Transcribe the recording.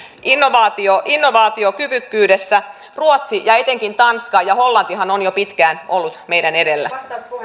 innovaatiokyvykkyydessä ruotsi ja etenkin tanska ja hollantihan ovat jo pitkään olleet meidän edellämme